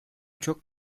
çok